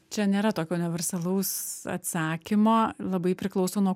čia nėra tokio universalaus atsakymo labai priklauso nuo